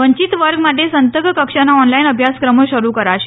વંચિત વર્ગ માટે સંતક કક્ષાના ઓનલાઈન અભ્યાસક્રમો શરું કરાશે